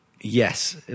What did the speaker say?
yes